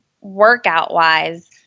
workout-wise